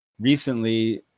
recently